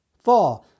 Four